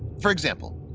for example,